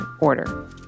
order